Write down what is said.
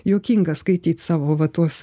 juokinga skaityt savo va tuos